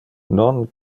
non